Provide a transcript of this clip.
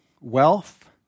wealth